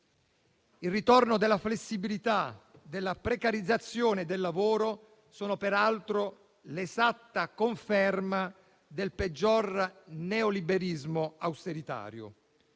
il ritorno della flessibilità e della precarizzazione del lavoro sono peraltro l'esatta conferma del peggior neoliberismo austeritario.